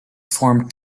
form